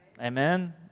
Amen